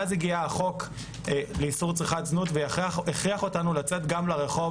אז הגיע החוק לאיסור צריכת זנות והכריח אותנו לצאת גם לרחוב,